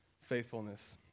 faithfulness